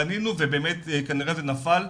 פנינו ובאמת כנראה זה נפל,